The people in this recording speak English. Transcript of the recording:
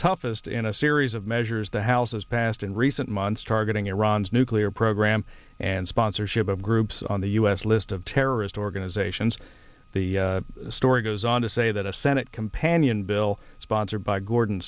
toughest in a series of measures the house has passed in recent months targeting iran's nuclear program and sponsorship of groups on the u s list of terrorist organizations the story goes on to say that a senate companion bill sponsored by gordon